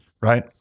right